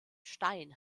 stein